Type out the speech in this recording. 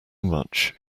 much